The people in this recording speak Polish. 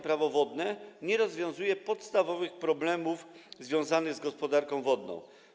Prawo wodne nie rozwiązuje podstawowych problemów związanych z gospodarką wodną.